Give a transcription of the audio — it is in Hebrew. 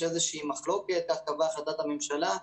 יש החלטת מממשלה,